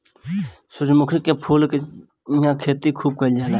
सूरजमुखी के फूल के इहां खेती खूब कईल जाला